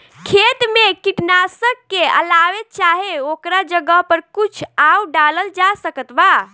खेत मे कीटनाशक के अलावे चाहे ओकरा जगह पर कुछ आउर डालल जा सकत बा?